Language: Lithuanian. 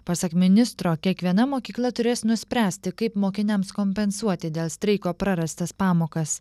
pasak ministro kiekviena mokykla turės nuspręsti kaip mokiniams kompensuoti dėl streiko prarastas pamokas